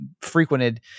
frequented